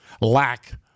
lack